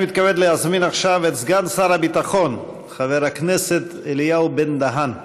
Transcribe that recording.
אני מתכבד להזמין עכשיו את סגן שר הביטחון חבר הכנסת אליהו בן-דהן.